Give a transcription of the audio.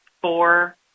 four